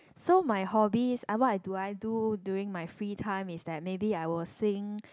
so my hobbies uh what I do I do during my free time is that maybe I will sing